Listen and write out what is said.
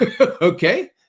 Okay